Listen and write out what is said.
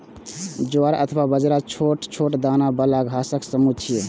ज्वार अथवा बाजरा छोट छोट दाना बला घासक समूह छियै